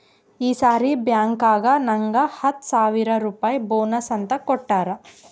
ಈ ಸರಿ ಬ್ಯಾಂಕ್ನಾಗ್ ನಂಗ್ ಹತ್ತ ಸಾವಿರ್ ರುಪಾಯಿ ಬೋನಸ್ ಅಂತ್ ಕೊಟ್ಟಾರ್